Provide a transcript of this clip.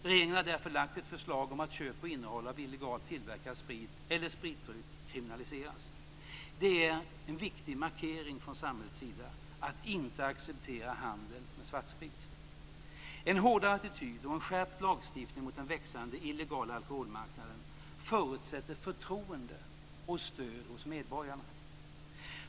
Regeringen har därför lagt fram ett förslag om att köp och innehav att illegalt tillverkad sprit eller spritdryck kriminaliseras. Det är en viktig markering från samhällets sida att inte acceptera handel med svartsprit. En hårdare attityd och en skärpt lagstiftning mot den växande illegala alkoholmarknaden förutsätter förtroende och stöd hos medborgarna.